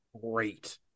great